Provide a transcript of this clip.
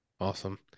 Awesome